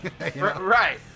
Right